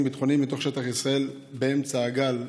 ביטחוניים לתוך שטח ישראל באמצע הגל השני?